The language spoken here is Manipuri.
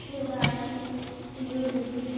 ꯌꯣꯒꯥ ꯑꯁꯤ ꯃꯤꯑꯣꯏꯕꯒꯤ